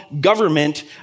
Government